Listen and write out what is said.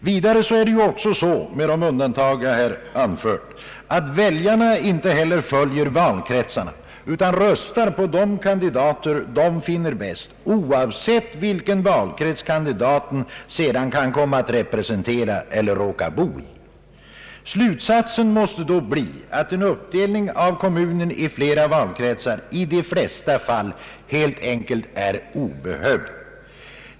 Vi dare är det, med de undantag jag tidigare anfört, så att väljarna inte heller följer valkretsarna utan röstar på de kandidater de finner bäst oavsett vilken valkrets kandidaten sedan kan komma att representera eller råkar bo i. Slutsatsen måste då bli att en uppdelning av kommunen i flera valkretsar i de flesta fall är obehövlig.